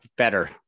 Better